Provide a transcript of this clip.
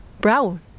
Brown